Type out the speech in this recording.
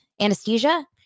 anesthesia